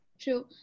True